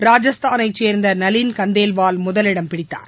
ராஜஸ்தானைச்சேர்ந்த நலின் கந்தேல்வால் முதலிடம் பிடித்தார்